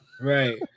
Right